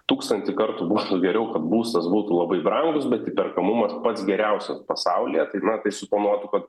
tūkstantį kartų būtų geriau kad būstas būtų labai brangus bet įperkamumas pats geriausias pasaulyje tai na tai suponuotų kad